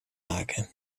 maken